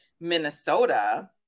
Minnesota